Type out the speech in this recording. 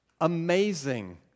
Amazing